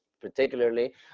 particularly